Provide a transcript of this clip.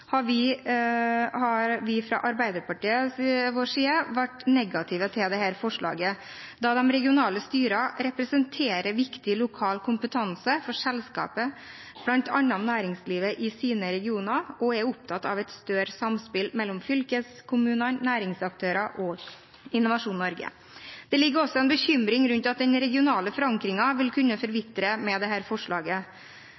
har vi fra Arbeiderpartiets side vært negative til dette forslaget, da de regionale styrene representerer viktig lokal kompetanse for selskapet, bl.a. om næringslivet i sine regioner, og er opptatt av et større samspill mellom fylkeskommunene, næringsaktørene og Innovasjon Norge. Det er også en bekymring for at den regionale forankringen vil kunne